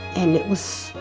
and it was,